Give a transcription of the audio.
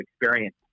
experience